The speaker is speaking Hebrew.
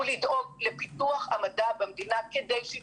הוא לדאוג לפיתוח המדע במדינה כדי שהיא